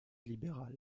libéral